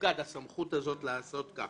תופקד הסמכות הזו לעשות כך.